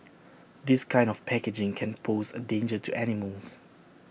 this kind of packaging can pose A danger to animals